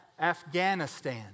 Afghanistan